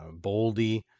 Boldy